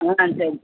ஆ சரிப்பா